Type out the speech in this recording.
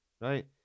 right